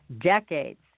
decades